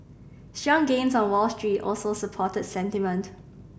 strong gains on Wall Street also supported sentiment